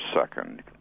second